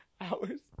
hours